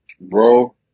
Bro